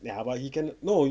ya but he can no